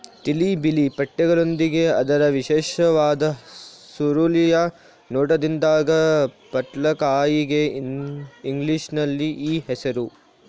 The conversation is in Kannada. ತಿಳಿ ಬಿಳಿ ಪಟ್ಟೆಗಳೊಂದಿಗೆ ಅದರ ವಿಶಿಷ್ಟವಾದ ಸುರುಳಿಯ ನೋಟದಿಂದಾಗಿ ಪಟ್ಲಕಾಯಿಗೆ ಇಂಗ್ಲಿಷಿನಲ್ಲಿ ಈ ಹೆಸರು